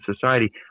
society